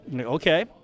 Okay